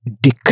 dick